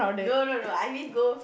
no no no I mean go